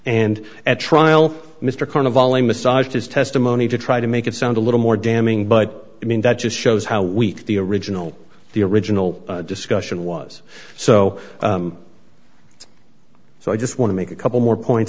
and at trial mr carnevale massaged his testimony to try to make it sound a little more damning but i mean that just shows how weak the original the original discussion was so so i just want to make a couple more points